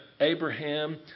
Abraham